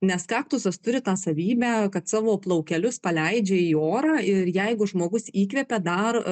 nes kaktusas turi tą savybę kad savo plaukelius paleidžia į orą ir jeigu žmogus įkvepia dar